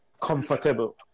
comfortable